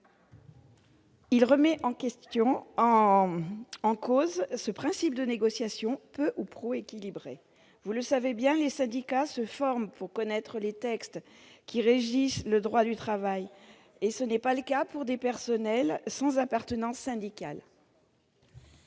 Il remet en cause ce principe de négociations peu ou prou équilibrées. Vous le savez, les syndicats se forment pour connaître les textes qui régissent le droit du travail et ce n'est pas le cas pour des personnels sans appartenance syndicale.